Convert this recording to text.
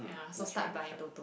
that's right that's right